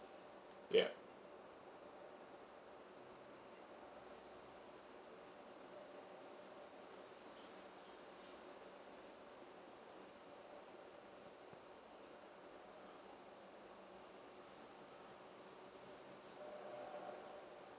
yup